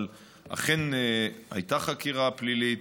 אבל אכן הייתה חקירה פלילית,